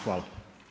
Hvala.